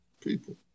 people